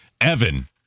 Evan